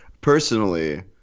Personally